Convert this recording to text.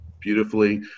beautifully